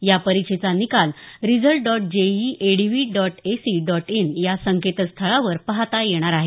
या परीक्षेचा निकाल result dot JEE ADV dot AC dot in या संकेतस्थळावर पाहता येणार आहे